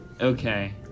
Okay